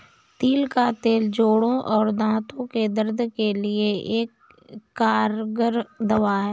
तिल का तेल जोड़ों और दांतो के दर्द के लिए एक कारगर दवा है